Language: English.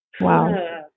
Wow